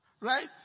Right